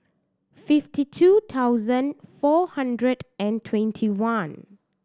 fifty two thousand four hundred and twenty one